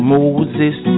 Moses